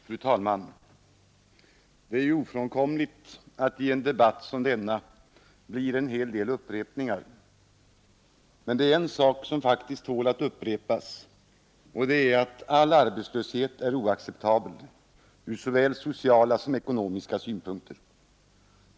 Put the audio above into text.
Fru talman! Det är ofrånkomligt att det i en debatt som denna blir en hel del upprepningar. Men det är en sak som faktiskt tål att upprepas och det är att all arbetslöshet är oacceptabel ur såväl sociala som ekonomiska synpunkter.